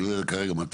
אני לא יודע כרגע מתי,